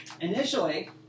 Initially